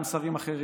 גם שרים אחרים,